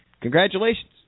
Congratulations